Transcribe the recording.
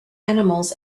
animals